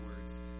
words